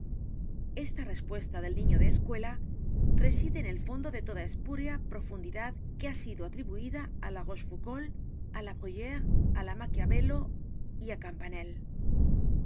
a respuesta del niño de escuela reside en el fondo d e toda la espúrea profundidad que h a sido atribuida á la rochefoucault á la bruyre á machiavello y á